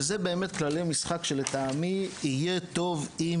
וזה באמת כללי משחק שלטעמי יהיה טוב אם